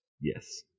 Yes